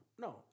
No